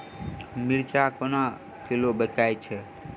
मिर्चा केना किलो बिकइ छैय?